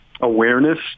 awareness